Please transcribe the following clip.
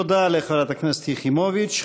תודה לחברת הכנסת יחימוביץ.